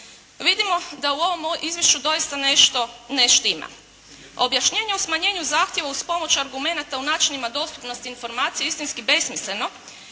vidimo da u ovom izvješću doista nešto ne štima. Objašnjenje o smanjenju zahtjeva uz pomoć argumenata o načinima dostupnosti informaciji istinski besmisleno